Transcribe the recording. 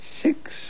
six